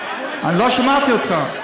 לא שמעתי אותך.